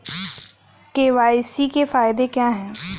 KYC के फायदे क्या है?